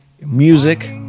music